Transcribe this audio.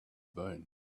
been